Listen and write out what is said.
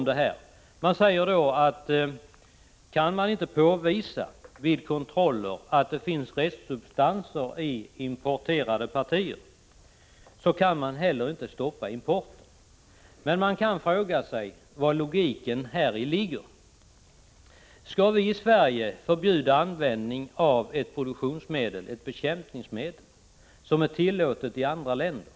De säger, att om man inte vid kontroller kan påvisa att det finns restsubstanser i importerade partier, kan man inte stoppa importen. Man kan fråga sig var logiken finns i ett sådant resonemang. Skall vi i Sverige förbjuda användning av ett produktionsmedel, ett bekämpningsmedel, som är tillåtet i andra länder?